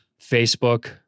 Facebook